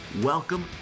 Welcome